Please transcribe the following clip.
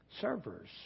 servers